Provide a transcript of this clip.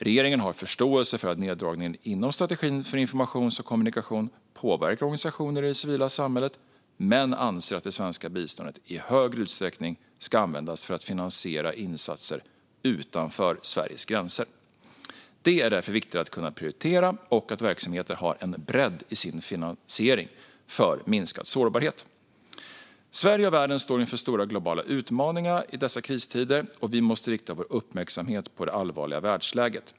Regeringen har förståelse för att neddragningen inom strategin för information och kommunikation påverkar organisationer i det civila samhället men anser att det svenska biståndet i högre utsträckning ska användas för att finansiera insatser utanför Sveriges gränser. Det är därför viktigt att kunna prioritera och att verksamheter har en bredd i sin finansiering för minskad sårbarhet. Sverige och världen står inför stora globala utmaningarna i dessa kristider, och vi måste rikta vår uppmärksamhet på det allvarliga världsläget.